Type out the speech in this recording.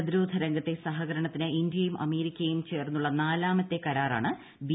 പ്രതിരോധ് ർംഗത്തെ സഹകരണത്തിന് ഇന്ത്യയും അമേരിക്കയും ചേർന്നുള്ള നാലാമത്തെ കരാറാണ് ബി